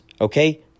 Okay